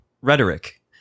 rhetoric